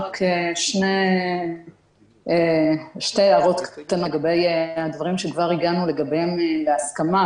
רק שתי הערות לגבי הדברים שכבר הגענו לגביהם להסכמה,